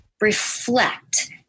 reflect